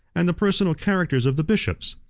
and the personal characters of the bishops.